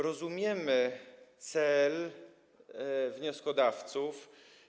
Rozumiemy cel wnioskodawców.